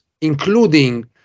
including